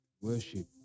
Worship